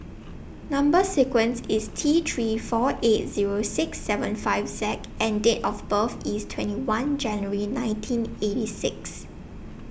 Number sequence IS T three four eight Zero six seven five Z and Date of birth IS twenty one January nineteen eighty six